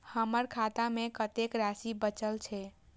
हमर खाता में कतेक राशि बचल छे?